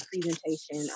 presentation